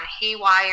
haywire